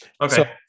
Okay